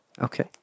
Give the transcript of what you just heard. okay